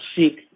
seek